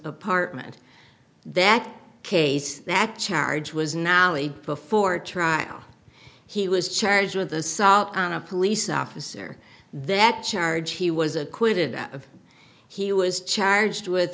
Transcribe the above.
apartment that case that charge was now a before trial he was charged with assault on a police officer that charge he was acquitted of he was charged with